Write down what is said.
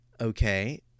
Okay